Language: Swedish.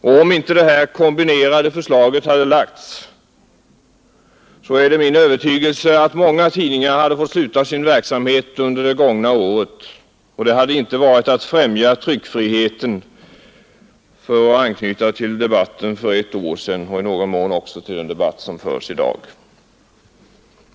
Och om inte det kombinerade förslaget hade lagts fram, så är det min övertygelse att många tidningar hade fått sluta sin verksamhet under det gångna året — och det hade inte varit att främja tryckfriheten, för att här anknyta till debatten för ett år sedan och i någon mån också till den debatt som förs i dag.